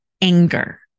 anger